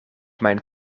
mijn